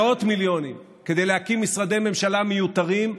מאות מיליונים כדי להקים משרדי ממשלה מיותרים,